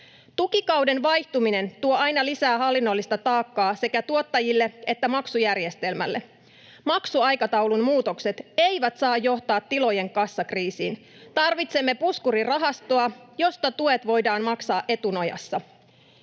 Tukikauden vaihtuminen tuo aina lisää hallinnollista taakkaa sekä tuottajille että maksujärjestelmälle. Maksuaikataulun muutokset eivät saa johtaa tilojen kassakriisiin. Tarvitsemme puskurirahastoa, josta tuet voidaan maksaa etunojassa.